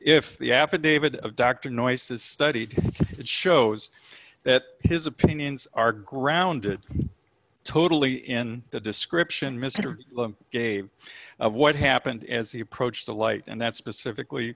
if the affidavit of dr noice is studied it shows that his opinions are grounded totally in the description mr gave of what happened as he approached the light and that's specifically